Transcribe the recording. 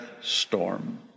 storm